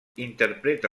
interpreta